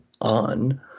on